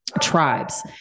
tribes